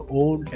own